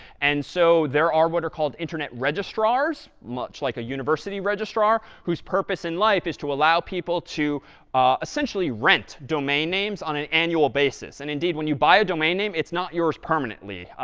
and so there are what are called internet registrars, much like a university registrar, whose purpose in life is to allow people to essentially rent domain names on an annual basis. and indeed, when you buy a domain name, it's not yours permanently.